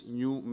new